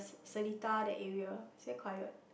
Seletar that area it's very quiet